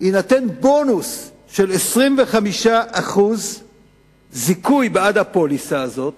יינתן בונוס של 25% זיכוי בעד הפוליסה הזאת,